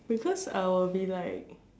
because I will be like